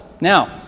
Now